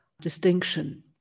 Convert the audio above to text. distinction